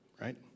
right